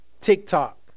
TikTok